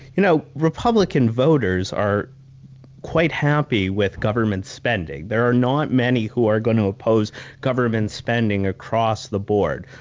you know republican voters are quite happy with government spending. there are not many who are going to oppose government spending across the board.